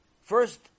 first